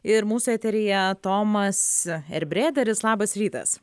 ir mūsų eteryje tomas erbreideris labas rytas